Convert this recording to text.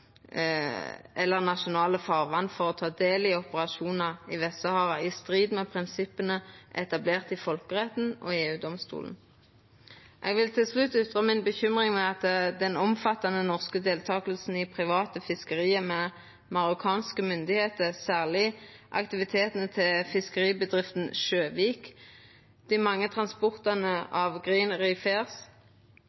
eller nasjonale farvatn for å ta del i operasjonar i Vest-Sahara, i strid med prinsippa etablerte i folkeretten og EU-domstolen. Eg vil til slutt ytra mi bekymring for den omfattande norske deltakinga i det private fiskeriet med marokkanske myndigheiter, særleg aktivitetane til fiskeribedrifta Sjøvik, dei mange transportane